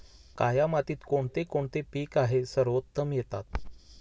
काया मातीत कोणते कोणते पीक आहे सर्वोत्तम येतात?